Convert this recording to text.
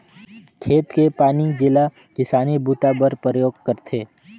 खेत के पानी जेला किसानी बूता बर परयोग करथे